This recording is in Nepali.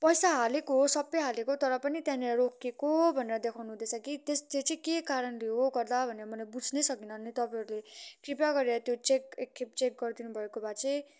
पैसा हालेको हो सबै हालेको तर पनि त्यहाँनिर रोकिएको भनेर देखाउनु हुँदैछ कि त्यस त्यो चाहिँ के कारणले हो गर्दा भनेर मैले बुझ्नै सकिनँ अनि तपाईँहरूले कृपया गरेर त्यो चेक एकखेप चेक गरदिनुभएको भए चाहिँ